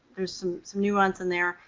there's some some nuance in there.